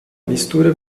mistura